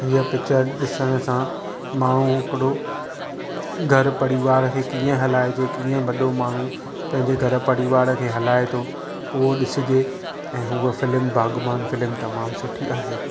ईअं पिक्चर ॾिसण सां माण्हू हिकिड़ो घरु परिवार खे कीअं हलाइजे कीअं वॾो माण्हू पंहिंजे घरु परिवार खे हलाए थो उहो ॾिसिजे ऐं हुअ फ़िल्मु बाग़बान फ़िल्मु तमामु सुठी आहे